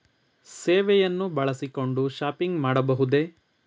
ಸೇವೆಯನ್ನು ಬಳಸಿಕೊಂಡು ಶಾಪಿಂಗ್ ಮಾಡಬಹುದೇ?